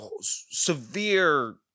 severe